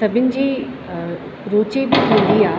सभिनि जी रुची थींदी आहे